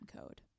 code